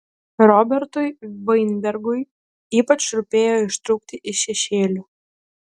robertui vainbergui ypač rūpėjo ištrūkti iš šešėlių